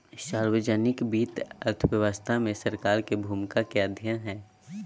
सार्वजनिक वित्त अर्थव्यवस्था में सरकार के भूमिका के अध्ययन हइ